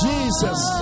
Jesus